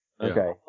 Okay